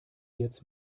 jetzt